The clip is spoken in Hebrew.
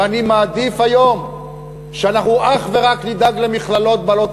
ואני מעדיף היום שאנחנו נדאג אך ורק למכללות בעלות